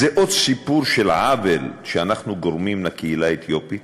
זה עוד סיפור של עוול שאנחנו גורמים לקהילה האתיופית,